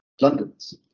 london's